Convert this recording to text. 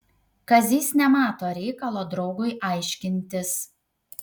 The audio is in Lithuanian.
kazys nemato reikalo draugui aiškintis